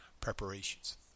preparations